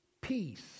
peace